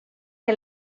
que